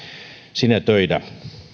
sinetöidä